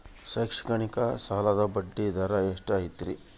ಶೈಕ್ಷಣಿಕ ಸಾಲದ ಬಡ್ಡಿ ದರ ಎಷ್ಟು ಐತ್ರಿ?